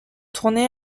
tournée